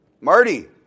Marty